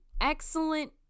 excellent